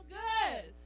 good